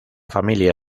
familia